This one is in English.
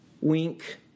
wink